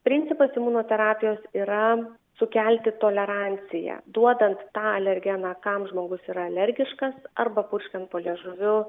principas imunoterapijos yra sukelti toleranciją duodant tą alergeną kam žmogus yra alergiškas arba purškiant po liežuviu